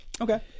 Okay